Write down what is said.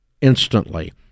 instantly